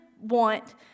want